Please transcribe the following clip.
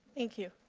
thank you.